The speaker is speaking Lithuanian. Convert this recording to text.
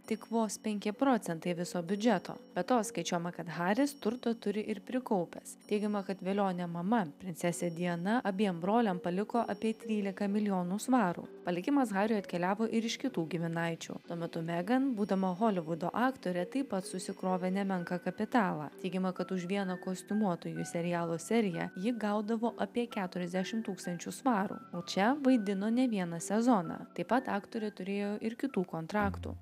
tik vos penki procentai viso biudžeto be to skaičiuojama kad haris turto turi ir prikaupęs teigiama kad velionė mama princesė diana abiem broliam paliko apie tryliką milijonų svarų palikimas hariui atkeliavo ir iš kitų giminaičių tuo metu megan būdama holivudo aktorė taip pat susikrovė nemenką kapitalą teigiama kad už vieno kostiumuotųjų serialo seriją ji gaudavo apie keturiasdešim tūkstančių svarų o čia vaidino ne vieną sezoną taip pat aktorė turėjo ir kitų kontraktų